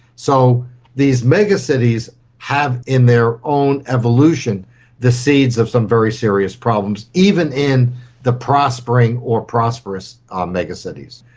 so these megacities have in their own evolution the seeds of some very serious problems, even in the prospering or prosperous um megacities.